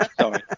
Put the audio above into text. Sorry